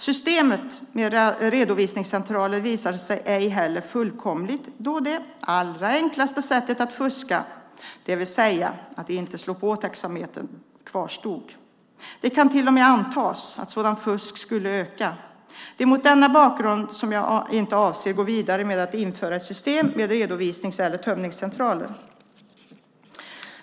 Systemet med redovisningscentraler visade sig ej heller fullkomligt då det allra enklaste sättet att fuska, det vill säga att inte slå på taxametern, kvarstod. Det kan till och med antas att sådant fusk skulle öka. Det är mot denna bakgrund jag inte avser att gå vidare med att införa ett system med redovisnings eller tömningscentraler.